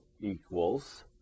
equals